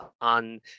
on